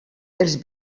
els